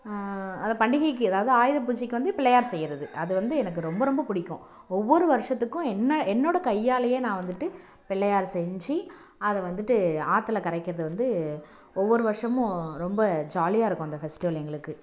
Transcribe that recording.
அதை பண்டிகைக்கு அதாவது ஆயுத பூஜைக்கு வந்து பிள்ளையார் செய்யறது அது வந்து எனக்கு ரொம்ப ரொம்ப பிடிக்கும் ஒவ்வொரு வருஷத்துக்கும் என் என்னோடய கையாலையே நான் வந்துட்டு பிள்ளையார் செஞ்சு அதை வந்துட்டு ஆற்றுல கரைக்கிறது வந்து ஒவ்வொரு வருடமும் ரொம்ப ஜாலியாக இருக்கும் அந்த ஃபெஸ்ட்டிவல் எங்களுக்கு